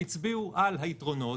-- והצביעו על היתרונות.